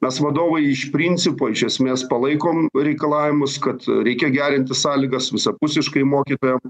mes vadovai iš principo iš esmės palaikom reikalavimus kad reikia gerinti sąlygas visapusiškai mokytojam